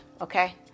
okay